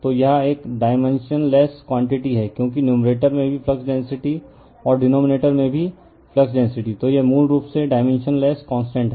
तो यह एक डायमेंशनलेस क्वांटिटी है क्योंकि नुम्रेटर में भी फ्लक्स डेंसिटी डीनोमिनेटर में भी फ्लक्स डेंसिटी तो यह मूल रूप से डायमेंशनलेस कांस्टेंट है